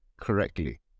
correctly